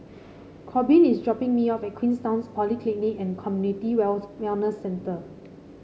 Korbin is dropping me off at Queenstown Polyclinic and Community Wells Wellness Centre